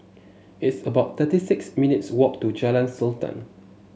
it's about thirty six minutes walk to Jalan Sultan